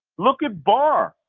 look at barr.